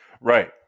Right